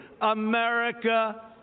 America